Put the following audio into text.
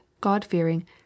God-fearing